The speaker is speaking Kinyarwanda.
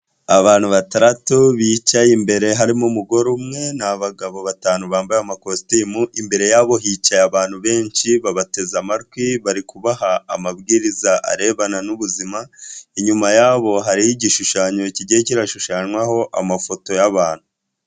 Abantu batandatu bicaye imbere, harimo umugore umwe n'abagabo batanu, bambaye amakositimu, imbere yabo hicaye abantu benshi babateze amatwi bari kubaha amabwiriza arebana n'ubuzima, inyuma yabo hariho igishushanyo kigiye kishushanywaho amafoto y'abantu.